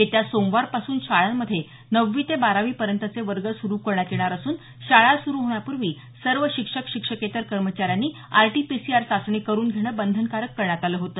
येत्या सोमवारपासून शाळांमध्ये नववी ते बारावीपर्यंतचे वर्ग सुरू करण्यात येणार असून शाळा सुरू होण्यापूर्वी सर्व शिक्षक शिक्षकेतर कर्मचाऱ्यांनी आरटीपीसीआर चाचणी करून घेणं बंधनकारक करण्यात आलं होती